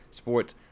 sports